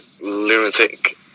lunatic